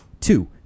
Two